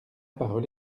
parole